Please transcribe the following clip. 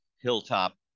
hilltop